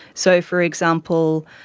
so, for example,